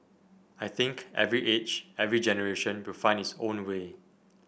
I think every age every generation will find its own way